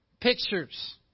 pictures